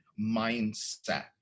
mindset